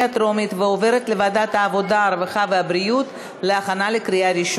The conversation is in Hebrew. לוועדת העבודה, הרווחה והבריאות נתקבלה.